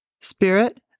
Spirit